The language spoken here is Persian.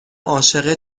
عاشق